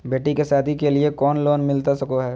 बेटी के सादी के लिए कोनो लोन मिलता सको है?